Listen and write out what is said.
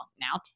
now